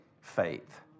faith